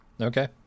Okay